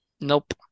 nope